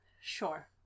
Sure